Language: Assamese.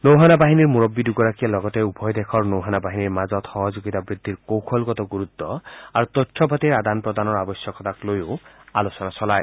নৌসেনা বাহিনীৰ মুৰববী দুগৰাকীয়ে লগতে উভয় দেশৰ নৌসেনা বাহিনীৰ মাজত সহযোগিতা বৃদ্ধিৰ কৌশলগত গুৰুত্ আৰু তথ্য পাতিৰ আদান প্ৰদানৰ আৱশ্যকতাক লৈও আলোচনা চলায়